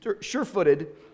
sure-footed